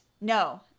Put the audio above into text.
No